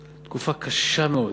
תקופה קשה מאוד,